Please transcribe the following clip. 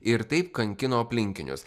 ir taip kankino aplinkinius